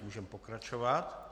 Můžeme pokračovat.